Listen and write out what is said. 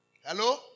Hello